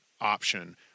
option